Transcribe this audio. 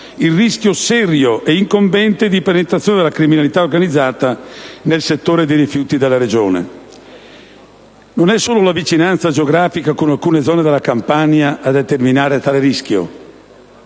il rischio serio ed incombente di penetrazione della criminalità organizzata nel settore dei rifiuti della Regione. Non è solo la vicinanza geografica con alcune zone della Campania a determinare tale rischio.